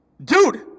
Dude